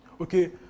okay